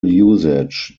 usage